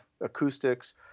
acoustics